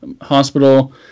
hospital